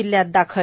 जिल्ह्यात दाखल